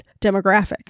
demographic